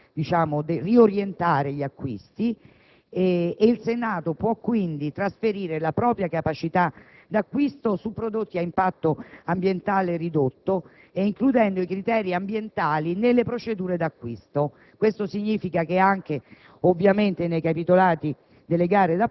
si possano riorientare gli acquisti e il Senato possa quindi trasferire la propria capacità di acquisto su prodotti a impatto ambientale ridotto, includendo criteri ambientali nelle procedure di acquisto. Ciò significa che anche